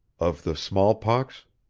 of the smallpox?